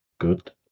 good